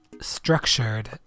structured